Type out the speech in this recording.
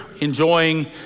enjoying